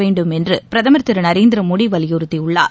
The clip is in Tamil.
வேண்டும் என்று பிரதமர் திரு நரேந்திர மோடி வலியுறுத்தியுள்ளார்